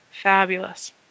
Fabulous